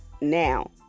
now